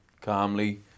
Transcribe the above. calmly